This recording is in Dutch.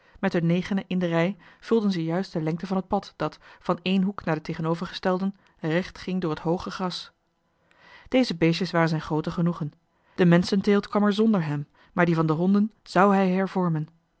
met hun negenen in de rij vulden ze juist de lengte van t pad dat van één hoek naar den tegenovergestelden recht heenging door het hooge gras jedes thierchen hat sein plaisierchen en deze beestjes waren het zijne de menschenteelt kwam er voorloopig zonder hem maar die van de honden zoù hij hervormen